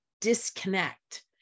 disconnect